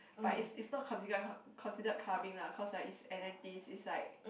but is is not consider considered clubbing lah cause is Atlantis is like